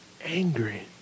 angry